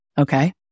Okay